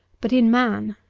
but in man.